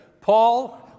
Paul